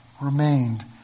remained